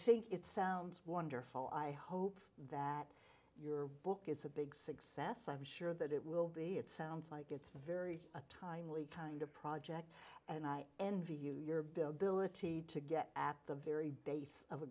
think it sounds wonderful i hope that your book is a big success i'm sure that it will be it sounds like it's very timely kind of project and i envy you your bill billeted to get at the very base of a